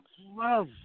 love